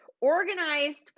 organized